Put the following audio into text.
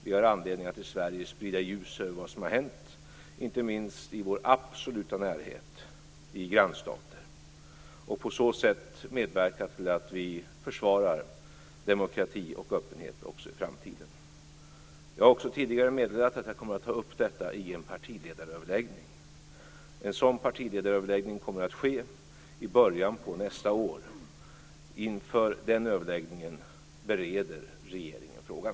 Vi har anledning att i Sverige sprida ljus över vad som har hänt, inte minst i vår absoluta närhet i grannstater, och på så sätt medverka till att försvara demokrati och öppenhet också i framtiden. Jag har också tidigare meddelat att jag kommer att ta upp detta i en partiledaröverläggning. En sådan partiledaröverläggning kommer att ske i början av nästa år. Inför den överläggningen bereder regeringen frågan.